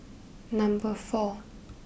number four